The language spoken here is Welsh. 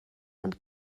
ond